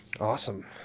Awesome